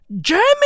Germany